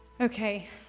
Okay